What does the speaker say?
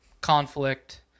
conflict